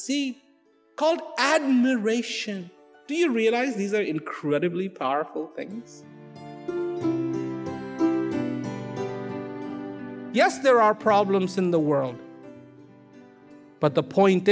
see cold admiration do you realize these are incredibly powerful things yes there are problems in the world but the point